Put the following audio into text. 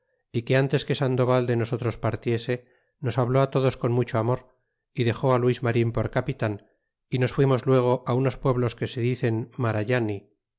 é que antes que sandoval de nosotros partiese nos habló todos con mucho amor y dexó á luis marin por capitan y nos fuimos luego upos pueblos que se dicen marayani